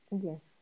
Yes